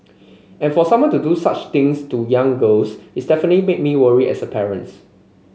and for someone to do such things to young girls it's definitely made me worry as a parents